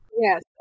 Yes